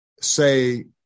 say